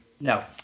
No